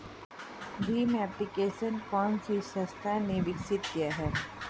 Bhim application को किस संस्था ने विकसित किया है?